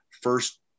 first